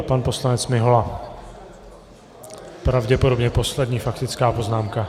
Pan poslanec Mihola, pravděpodobně poslední faktická poznámka.